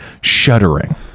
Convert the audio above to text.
shuddering